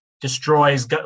destroys